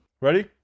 ready